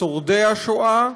לשורדי השואה,